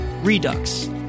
Redux